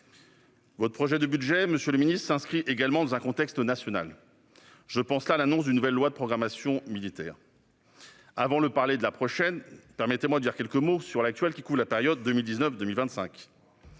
Votre projet de budget, monsieur le ministre, s'inscrit également dans un contexte national. Je pense en l'occurrence à l'annonce d'une nouvelle loi de programmation militaire. Avant de parler de la prochaine LPM, permettez-moi de dire quelques mots de l'actuelle, qui couvre la période 2019-2025.